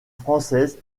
française